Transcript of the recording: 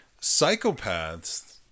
Psychopaths